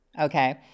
okay